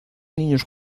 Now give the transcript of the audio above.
niños